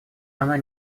она